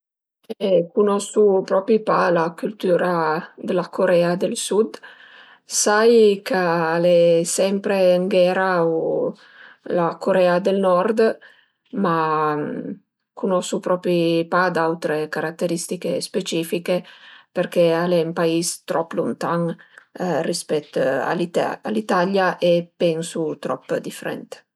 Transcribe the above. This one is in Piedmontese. Cunosu propi pa la cültüra d'la Corea del Sud, sai ch'al e sempre ën ghera u la Corea del Nord, ma cunosu propi pa d'autre carateristiche specifiche perché al e ün pais trop luntan rispèt a l'Italia e pensu trop difrent